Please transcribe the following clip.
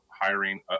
hiring